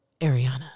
Ariana